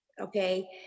Okay